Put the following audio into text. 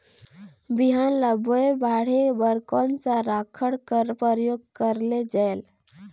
बिहान ल बोये बाढे बर कोन सा राखड कर प्रयोग करले जायेल?